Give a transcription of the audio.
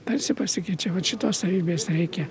tarsi pasikeičia vat šitos savybės reikia